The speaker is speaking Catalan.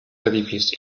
edifici